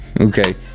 okay